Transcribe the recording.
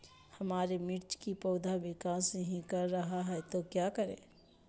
हमारे मिर्च कि पौधा विकास ही कर रहा है तो क्या करे?